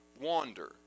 wander